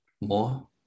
more